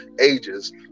ages